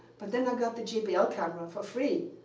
but then i got the jpl camera for free.